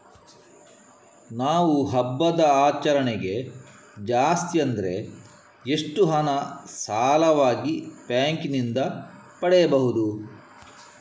ನಾವು ಹಬ್ಬದ ಆಚರಣೆಗೆ ಜಾಸ್ತಿ ಅಂದ್ರೆ ಎಷ್ಟು ಹಣ ಸಾಲವಾಗಿ ಬ್ಯಾಂಕ್ ನಿಂದ ಪಡೆಯಬಹುದು?